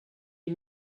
est